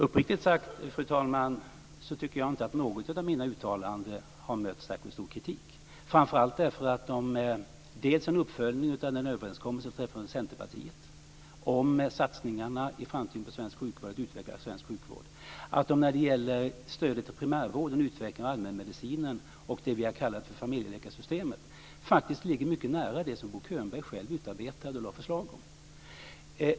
Fru talman! Uppriktigt sagt tycker jag inte att något av mina uttalanden har mött särskilt stark kritik, framför allt därför att de dels är en uppföljning av den överenskommelse som träffades med Centerpartiet om satsningarna i framtiden på att utveckla svensk sjukvård, dels när det gäller stödet till primärvården och utvecklingen av allmänmedicinen och det vi har kallat familjeläkarsystemet faktiskt ligger mycket nära det som Bo Könberg själv utarbetade och lade förslag om.